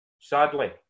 sadly